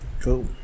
Cool